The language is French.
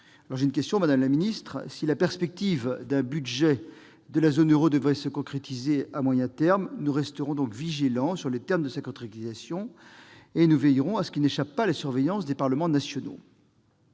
semaine dernière. Madame la ministre, si la perspective d'un budget de la zone euro devait se concrétiser à moyen terme, nous resterons vigilants sur les termes de sa concrétisation et nous veillerons à ce qu'il n'échappe pas à la surveillance des parlements nationaux.